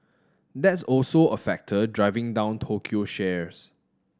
that's also a factor driving down Tokyo shares